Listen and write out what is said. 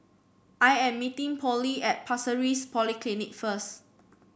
I am meeting Pollie at Pasir Ris Polyclinic first